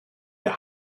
der